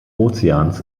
ozeans